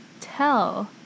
tell